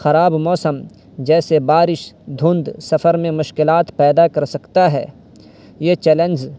خراب موسم جیسے بارش دھند سفر میں مشکلات پیدا کر سکتا ہے یہ چیلنج